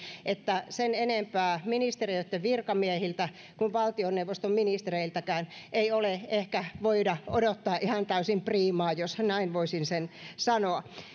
että sen enempää ministeriöitten virkamiehiltä kuin valtioneuvoston ministereiltäkään ei ehkä voida odottaa ihan täysin priimaa jos näin voisin sen sanoa